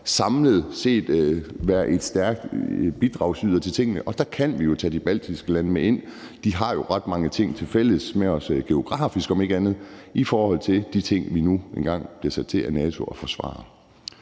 samlet set at være en stærk bidragyder til tingene, og der kan vi jo tage de baltiske lande med ind. De har jo ret mange ting tilfælles med os, geografisk om ikke andet, i forhold til de ting, vi nu engang bliver sat til af NATO at forsvare.